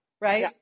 right